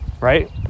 Right